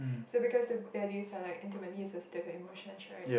so because the values are like intimately associated to your emotions right